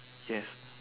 yes